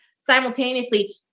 simultaneously